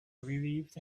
relieved